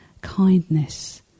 kindness